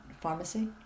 pharmacy